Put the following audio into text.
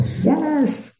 Yes